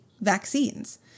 vaccines